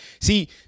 See